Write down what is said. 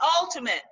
ultimate